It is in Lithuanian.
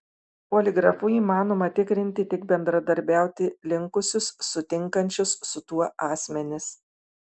poligrafu įmanoma tikrinti tik bendradarbiauti linkusius sutinkančius su tuo asmenis